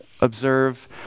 observe